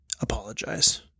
apologize